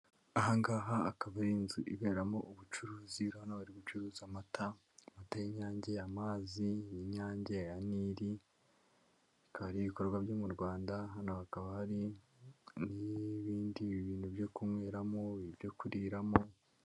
Aha ngaha akaba ari inzu iberamo ubucuruzi, urabona bari gucuruza amata, amata y'inyange, amazi y'inyange, aya nili, akaba ari ibikorwa byo mu Rwanda, hano hakaba hari n'ibindi bintu byo kunyweramo, ibyo kuriramo.